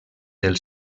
del